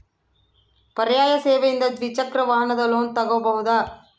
ಪರ್ಯಾಯ ಸೇವೆಯಿಂದ ದ್ವಿಚಕ್ರ ವಾಹನದ ಲೋನ್ ತಗೋಬಹುದಾ?